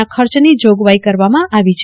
ના ખર્ચની જોગવાહી કરવામાં આવી છે